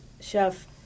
chef